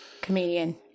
Comedian